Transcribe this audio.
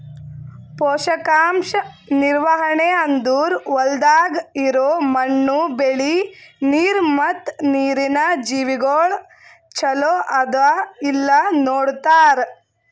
ಪೋಷಕಾಂಶ ನಿರ್ವಹಣೆ ಅಂದುರ್ ಹೊಲ್ದಾಗ್ ಇರೋ ಮಣ್ಣು, ಬೆಳಿ, ನೀರ ಮತ್ತ ನೀರಿನ ಜೀವಿಗೊಳ್ ಚಲೋ ಅದಾ ಇಲ್ಲಾ ನೋಡತಾರ್